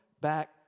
back